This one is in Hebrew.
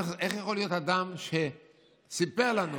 איך יכול להיות אדם שסיפר לנו,